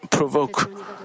provoke